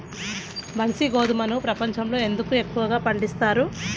బన్సీ గోధుమను ప్రపంచంలో ఎందుకు ఎక్కువగా పండిస్తారు?